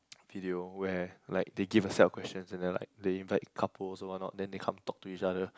video where like they give a set of questions and then like they invite couples or what not then they come talk to each other